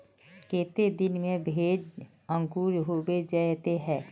केते दिन में भेज अंकूर होबे जयते है?